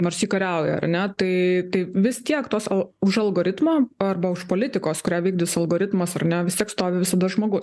nors ji kariauja ar ne tai taip vis tiek tos o už algoritmą arba už politikos kurią vykdys algoritmas ar ne vis tiek stovi visada žmogus